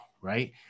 right